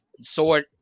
sword